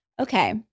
Okay